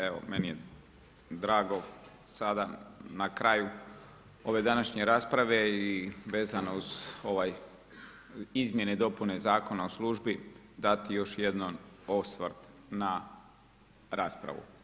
Evo meni je drago sada na kraju ove današnje rasprave i vezano uz ovaj, izmjene i dopune Zakona o službi dati još jednom osvrt na raspravu.